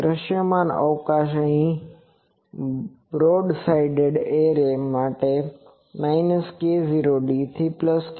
દૃશ્યમાન અવકાશ અહીં બ્રોડસાઇડ એરે માટે k0d થી k0d છે